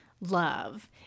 love